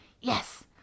Yes